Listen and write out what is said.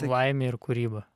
laimė ir kūryba